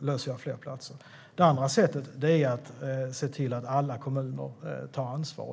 lösgöra fler platser. Det andra sättet är att se till att alla kommuner tar ansvar.